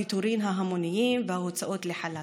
הפיטורים ההמוניים וההוצאות לחל"ת,